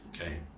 okay